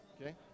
Okay